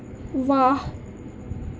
واہ